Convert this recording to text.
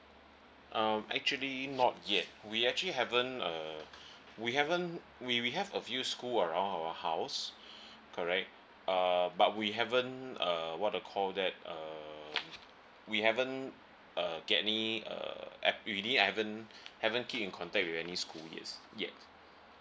um actually not yet we actually haven't uh we haven't we we have a few school around our house correct err but we haven't uh what to call that uh we haven't uh get any uh app~ we didn't haven't haven't keep in contact with any school yes yet